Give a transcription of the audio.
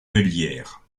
meulière